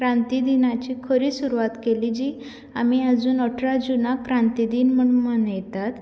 क्रांती दिनाची खरी सुरवात केली जी आमी अजून अठरा जुनाक क्रांती दीन म्हूण मनयतात